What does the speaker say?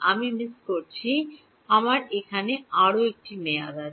আমি মিস করছি আমার এখানে আরও একটি মেয়াদ আছে